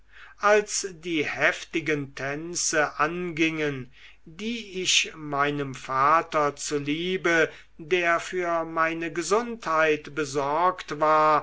als die heftigen tänze angingen die ich meinem vater zuliebe der für meine gesundheit besorgt war